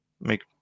make